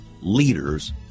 leaders